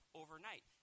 overnight